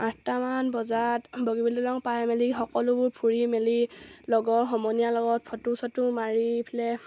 আঠটামান বজাত বগীবিল দলং পাই মেলি সকলোবোৰ ফুৰি মেলি লগৰ সমনীয়াৰ লগত ফটো চটো মাৰি এইফালে